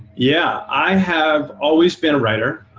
yeah. i have always been a writer.